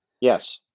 Yes